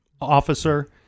officer